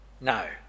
No